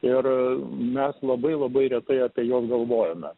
ir mes labai labai retai apie juos galvojame